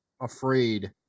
afraid